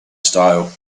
style